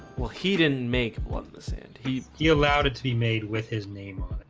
well, he didn't make one the sand he he allowed it to be made with his name